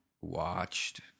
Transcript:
watched